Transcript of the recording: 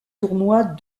tournoi